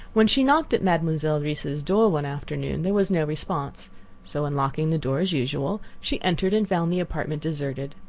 when she knocked at mademoiselle reisz's door one afternoon there was no response so unlocking the door, as usual, she entered and found the apartment deserted,